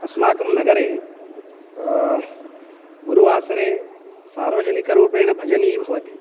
अस्माकं नगरे गुरुवासरे सार्वजनिकरूपेण भजनी भवति